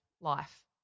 life